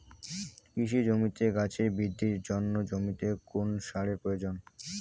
কৃষি জমিতে গাছের বৃদ্ধির জন্য জমিতে কোন সারের প্রয়োজন?